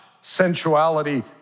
sensuality